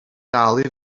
dal